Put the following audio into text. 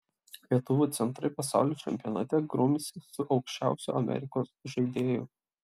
lietuvių centrai pasaulio čempionate grumsis su aukščiausiu amerikos žaidėju